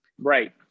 Right